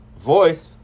voice